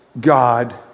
god